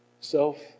Self